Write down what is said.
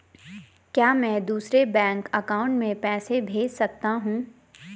क्या मैं दूसरे बैंक अकाउंट में पैसे भेज सकता हूँ?